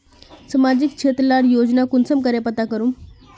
सामाजिक क्षेत्र लार योजना कुंसम करे पता करूम?